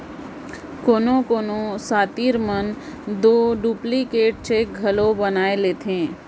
कोनो कोनो सातिर मन दो डुप्लीकेट चेक घलो बनाए लेथें